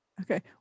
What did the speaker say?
Okay